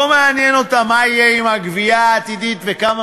לא מעניין אותו מה יהיה עם הגבייה העתידית וכמה